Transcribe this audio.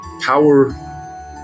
Power